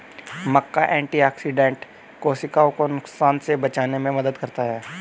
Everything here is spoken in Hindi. मक्का एंटीऑक्सिडेंट कोशिकाओं को नुकसान से बचाने में मदद करता है